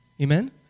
Amen